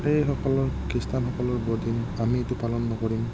এইসকলৰ খ্ৰীষ্টানসকলৰ বৰদিন আমি এইটো পালন নকৰিম